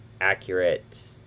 Accurate